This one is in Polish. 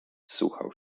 wsłuchał